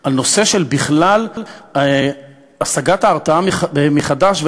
על הנושא של השגת ההרתעה מחדש,